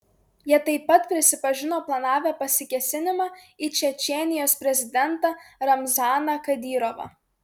jie taip pat prisipažino planavę pasikėsinimą į čečėnijos prezidentą ramzaną kadyrovą